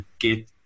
get